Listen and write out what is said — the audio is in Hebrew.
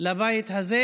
לבית הזה.